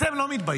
אתם לא מתביישים?